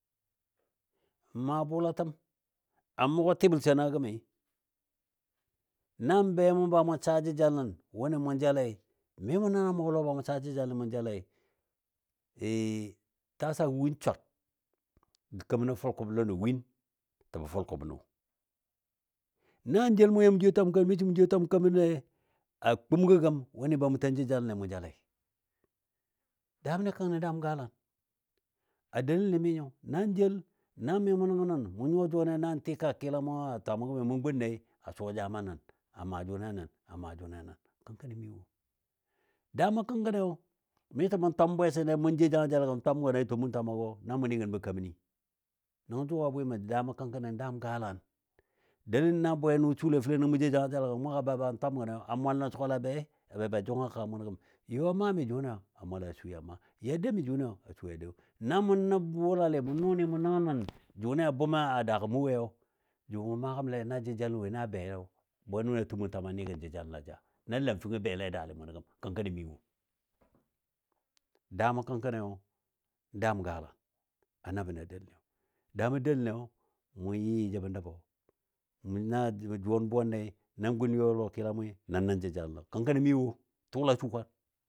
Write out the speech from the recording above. m maa bʊlatəm a mʊgɔ tɨbəl shenagɔ gəmɨ nan be mʊ ba mʊ saa jəjalən wʊni mʊn jalei mi mʊ nəngən a mʊgɔ lɔ ba mʊ saa jəjalən mʊ jalei tasagɔ win swar ga kemanɔ fʊlkʊblən nɔ win jəbɔ fulkʊbə nʊ. Nan jel mʊ ya mʊ jwiyo twam kemən misɔ mʊ jwiyo twam kemənɛ a kumgɔ gəm wʊnɨ ba mʊ ten jəjalənɛ mʊ jalei. Daam ni kəngkəni daam galan. A deləni mi nyo nan jel mi mʊ nəngnən mʊ nyuwa juwanle nan tika kila mʊ a twamɔ gəm, mʊ gunnei a suwa jamo nən, a maa jʊni a nən, a maa jʊni a nən. Kəngkəni mi wo, daamə kəngkəniyo miso mʊn twam bwesənle mʊn jou jangajəl a gəgəm twam gən a tumʊn twamagɔ na mʊ ni gənbɔ keməni, Nəngɔ jʊ a bwɨ mə daaamɔ kəngkəni daam galan. Delən na bwenʊ su fəlen nəngɔ mʊ jou jangajela gə gəm mʊ ga be ban twami gəni a mwal nən sʊgɔl a be ba jʊng a kəga mʊnɔ gəm yɔ maa mi jʊniyo a mwal a su yɔ maa, yo dou mi jʊniyo a su yɔ dou. Na mou nə bʊlali mʊ nʊni mʊ nəngən nən jʊni a bʊ a daagɔ mʊ woyo, jʊ mʊ maa gəmle na jəjalən wo na beyo bwenʊni a tumʊn twamai nə gən jəjaləna ja Na lamfəngiyo belle dalɨ mʊnɔ gəm. Kəngkəni mi wo. Daamɔ kəngkəniyo daam galan, a na bɔ na delən, daamɔ deləniyo mʊn yɨ yɨ jəbo nəbo, na juwan buwanle nan gun yɔ lɔ kɨlamɔi nən nən jəjaləno, kəngkəni mi wo tʊlɔ su kwaan.